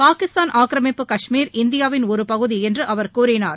பாகிஸ்தான் ஆக்கிரமிப்பு காஷ்மீர் இந்தியாவின் ஒருபகுதிஎன்றுஅவர் கூறினார்